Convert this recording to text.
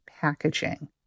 packaging